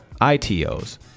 ITOs